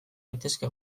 gintezke